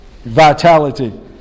vitality